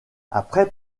après